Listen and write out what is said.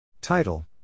Title